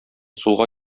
сулга